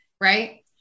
Right